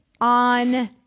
on